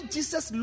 Jesus